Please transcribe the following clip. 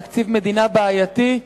תקציב מדינה בעייתי,